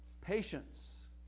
Patience